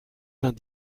vingt